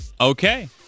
Okay